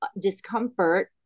discomfort